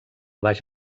baix